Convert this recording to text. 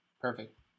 Perfect